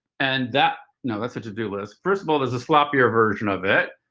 and that no that's a to do list. first of all, there's a sloppier version of it,